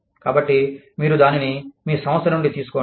కాబట్టి మీరు దానిని మీ సంస్థ నుండి తీసుకోండి